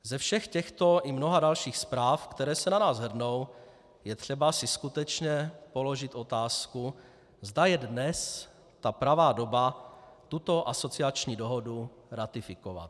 Ze všech těchto i mnoha dalších zpráv, které se na nás hrnou, je třeba si skutečně položit otázku, zda je dnes ta pravá doba tuto asociační dohodu ratifikovat.